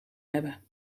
hebben